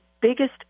biggest